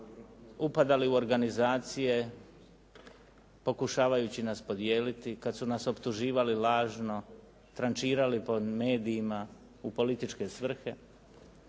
upadali u organizacija, pokušavajući nas podijeliti kada su nas optuživali lažno, trančirali po medijima u političke svrhe.